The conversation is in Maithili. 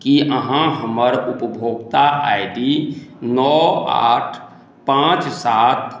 की अहाँ हमर उपभोक्ता आइ डी नओ आठ पॉंच सात